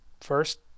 first